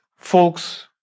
Folks